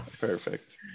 perfect